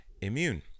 Immune